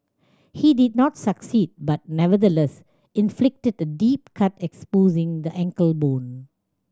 he did not succeed but nevertheless inflicted a deep cut exposing the ankle bone